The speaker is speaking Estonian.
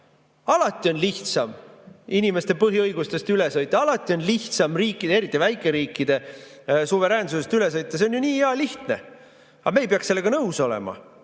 Alati on lihtsam inimeste põhiõigustest üle sõita. Alati on lihtsam riikide, eriti väikeriikide suveräänsusest üle sõita. See on ju nii hea lihtne. Aga me ei peaks sellega nõus olema!